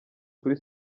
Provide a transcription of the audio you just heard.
kuri